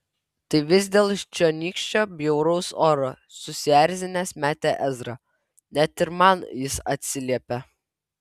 tai vis dėl čionykščio bjauraus oro susierzinęs metė ezra net ir man jis atsiliepia